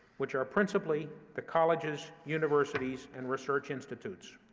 which are principally the colleges, universities, and research institutes.